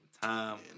time